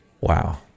wow